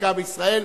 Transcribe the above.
החקיקה בישראל.